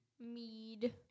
Mead